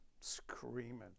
screaming